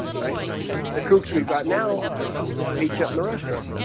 right the kooks. we've got now beach out in the restaurant